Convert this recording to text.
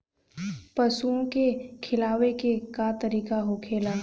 पशुओं के खिलावे के का तरीका होखेला?